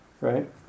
Right